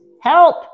Help